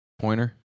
Pointer